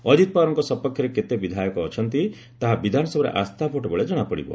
ଅଜିତ ପଓ୍ନାରଙ୍କ ସପକ୍ଷରେ କେତେ ବିଧାୟକ ଅଛନ୍ତି ତାହା ବିଧାନସଭାରେ ଆସ୍ଥା ଭୋଟ୍ ବେଳେ ଜଣାପଡ଼ିବ